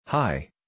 Hi